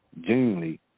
genuinely